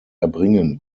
erbringen